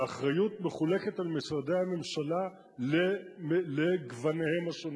והאחריות מחולקת על משרדי הממשלה לגוניהם השונים.